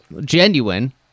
genuine